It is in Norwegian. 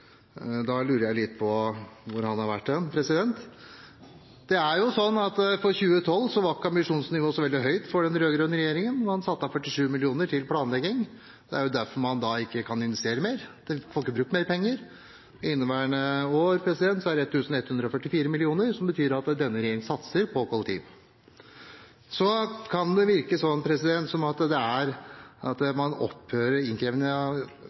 lurer jeg litt på hvor han har vært hen. For 2012 var ikke ambisjonsnivået så veldig høyt i den rød-grønne regjeringen. Man satte av 47 mill. kr til planlegging. Det er derfor man ikke kan investere mer, man får ikke brukt mer penger. I inneværende år er det 1 144 mill. kr, som betyr at denne regjeringen satser på kollektiv. Det kan virke som om innkreving av bompenger for Oslofjordtunnelen opphører. Det blir ikke mer trafikksikkerhet av å betale bompenger. Det opphører fordi det er